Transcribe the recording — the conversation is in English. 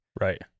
Right